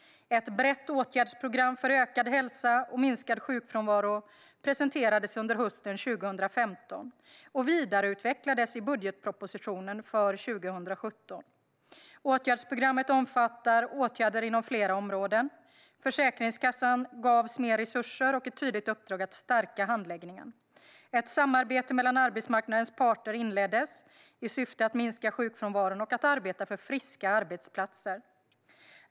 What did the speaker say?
Ett brett åtgärdsprogram för ökad hälsa och minskad sjukfrånvaro presenterades under hösten 2015 och vidareutvecklades i budgetpropositionen för 2017. Åtgärdsprogrammet omfattar åtgärder inom flera områden. Försäkringskassan gavs mer resurser och ett tydligt uppdrag att stärka handläggningen. Ett samarbete mellan arbetsmarknadens parter inleddes i syfte att minska sjukfrånvaron och att arbeta för friska arbetsplatser.